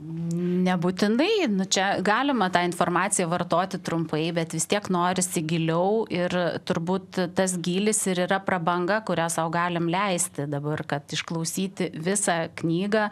nebūtinai nu čia galima tą informaciją vartoti trumpai bet vis tiek norisi giliau ir turbūt tas gylis ir yra prabanga kurią sau galim leisti dabar kad išklausyti visą knygą